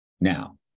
Now